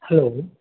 hello